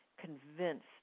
Convinced